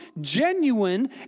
genuine